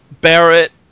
Barrett